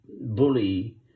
bully